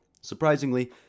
Surprisingly